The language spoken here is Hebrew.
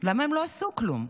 למה הם לא עשו כלום?